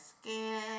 skin